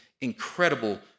incredible